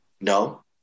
no